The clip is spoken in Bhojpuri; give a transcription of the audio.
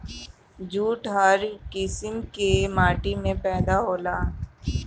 जूट हर किसिम के माटी में पैदा होला